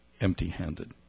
empty-handed